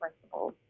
principles